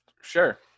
sure